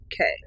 Okay